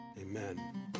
Amen